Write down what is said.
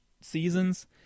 seasons